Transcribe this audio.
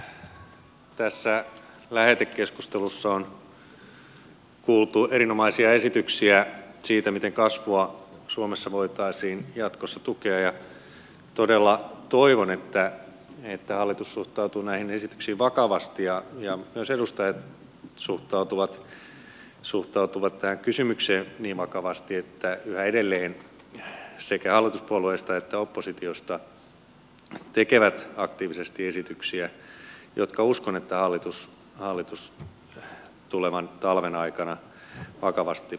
tässä lähetekeskustelussa on kuultu erinomaisia esityksiä siitä miten kasvua suomessa voitaisiin jatkossa tukea ja todella toivon että hallitus suhtautuu näihin esityksiin vakavasti ja myös edustajat suhtautuvat tähän kysymykseen niin vakavasti että yhä edelleen sekä hallituspuolueista että oppositiosta tekevät aktiivisesti esityksiä joita uskon että hallitus tulevan talven aikana vakavasti pohtii